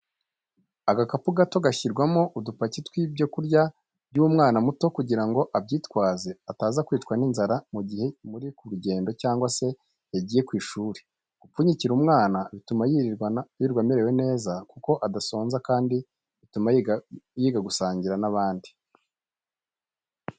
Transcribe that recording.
Agakapu gato gashyirwamo udupaki tw'ibyo kurya by'umwana muto kugira ngo abyitwaze ataza kwicwa n'inzara mu gihe muri ku rugendo cyangwa se yagiye ku ishuri, gupfunyikira umwana bituma yirirwa amerewe neza kuko adasonza kandi bituma yiga gusangira n'abandi.